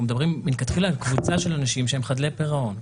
מדברים מלכתחילה על קבוצה של אנשים שהם חדלי פירעון,